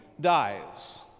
dies